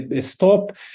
stop